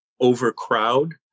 overcrowd